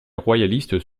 royalistes